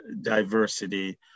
diversity